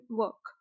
work